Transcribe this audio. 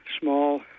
small